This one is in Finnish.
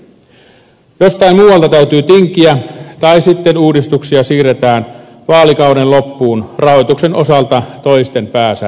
jostain muualta täytyy tinkiä tai sitten uudistuksia siirretään vaalikauden loppuun rahoituksen osalta toisten päänsäryksi